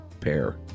pair